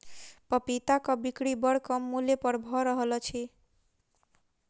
पपीताक बिक्री बड़ कम मूल्य पर भ रहल अछि